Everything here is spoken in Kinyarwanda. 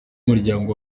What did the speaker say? y’umuryango